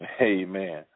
amen